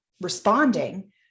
responding